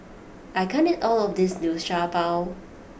I can't eat all of this Liu Sha Bao